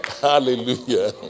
Hallelujah